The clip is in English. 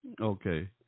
Okay